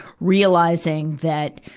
realizing that,